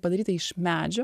padaryta iš medžio